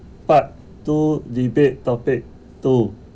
part two debate topic two